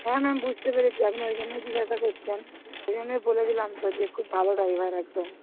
হ্যাঁ ম্যাম বুঝতে পেরেছি আপনি ওইজন্য জিজ্ঞাসা করছেন ওইজন্য বলে দিলাম যে খুব ভালো ড্রাইভার একদম